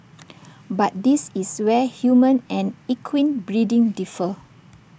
but this is where human and equine breeding differ